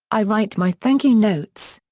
i write my thank you notes.